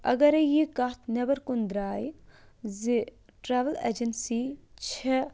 اَگرَے یہِ کَتھ نٮ۪بَر کُن درٛایہِ زِ ٹرٛاوٕل اٮ۪جنسی چھےٚ